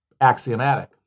axiomatic